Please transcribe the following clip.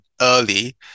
early